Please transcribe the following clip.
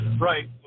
Right